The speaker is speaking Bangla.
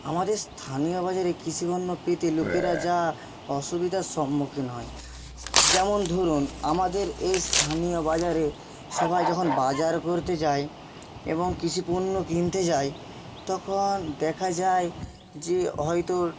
আমাদের স্থানীয় বাজারে কৃষিপণ্য পেতে লোকেরা যা অসুবিধার সম্মুখীন হয় যেমন ধরুন আমাদের এই স্থানীয় বাজারে সবাই যখন বাজার করতে যায় এবং কৃষিপণ্য কিনতে যায় তখন দেখা যায় যে হয়তো